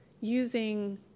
using